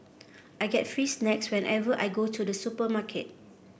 I get free snacks whenever I go to the supermarket